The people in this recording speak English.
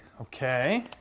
Okay